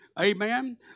Amen